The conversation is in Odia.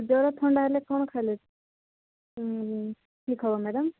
ଜର ଥଣ୍ଡା ହେଲେ କ'ଣ ଖାଇଲେ ଠିକ୍ ହବ ମ୍ୟାଡ଼ାମ